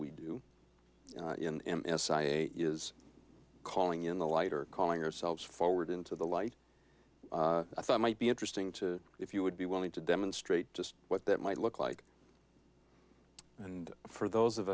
sie is calling in the lighter calling ourselves forward into the light i thought might be interesting to if you would be willing to demonstrate just what that might look like and for those of